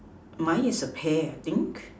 mine is a pear I think